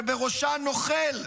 שבראשה נוכל,